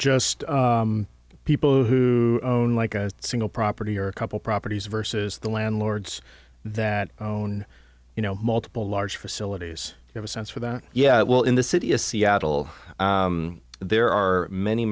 just people who own like a single property or a couple properties versus the landlords that own you know multiple large facilities have a sense for that yeah well in the city is seattle there are many